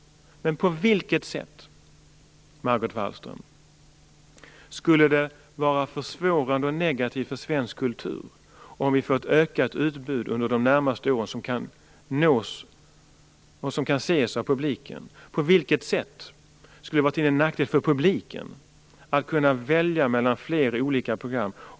Men på vilket sätt, Margot Wallström, skulle det vara försvårande och negativt för svensk kultur om vi fick ett ökat utbud under de närmaste åren, vilket kunde nås/ses av publiken? På vilket sätt skulle det vara till nackdel för publiken att kunna välja mellan flera olika program?